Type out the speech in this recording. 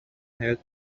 حیاط